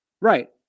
Right